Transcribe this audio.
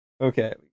Okay